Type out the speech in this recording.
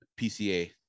PCA